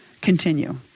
continue